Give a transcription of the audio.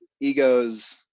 egos